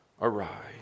arise